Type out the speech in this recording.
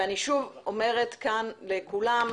ואני שוב אומרת כאן לכולם,